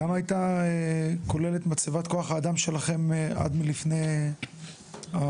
כמה הייתה כוללת מצבת כוח האדם שלכם עד לפני הקיזוז?